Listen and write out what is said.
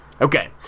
Okay